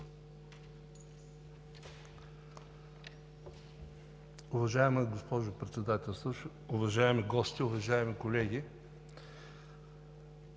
Уважаема госпожо Председател, уважаеми гости, уважаеми колеги!